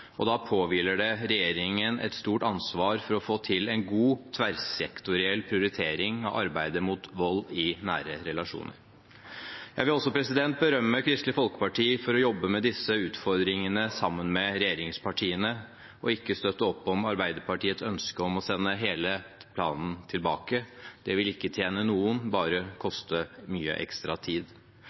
Da påhviler det regjeringen et stort ansvar for å få til en god, tverrsektoriell prioritering av arbeidet mot vold i nære relasjoner. Jeg vil også berømme Kristelig Folkeparti for å jobbe med disse utfordringene sammen med regjeringspartiene, og ikke støtte opp om Arbeiderpartiets ønske om å sende hele planen tilbake. Det ville ikke tjene noen, bare koste mye ekstra tid.